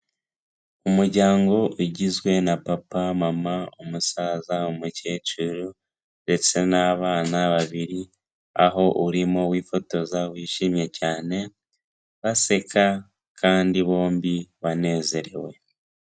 Umuryango ugizwe na papa, mama, umusaza, umukecuru ndetse n'abana babiri, aho urimo wifotoza wishimye cyane, baseka kandi bombi banezerewe.